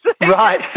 Right